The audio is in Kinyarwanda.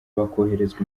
bakoherezwa